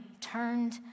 turned